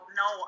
no